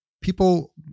people